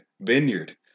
Vineyard